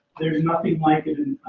there's nothing like it in